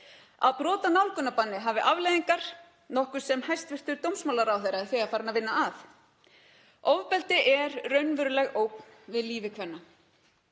að brot á nálgunarbanni hafi afleiðingar, nokkuð sem hæstv. dómsmálaráðherra er þegar farinn að vinna að. Ofbeldi er raunveruleg ógn við líf kvenna.